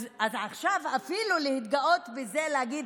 אז עכשיו, אפילו להתגאות בזה ולהגיד